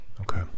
Okay